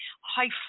high